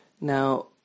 Now